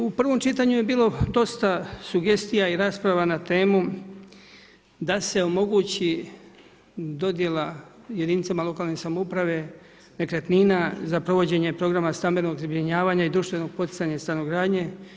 U prvom čitanju je bilo dosta sugestija i rasprava na temu da se omogući dodjela jedinice lokalne samouprave nekretnina za provođenje programa stambenog zbrinjavanja i društvenog poticanja stanogradnje.